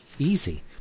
easy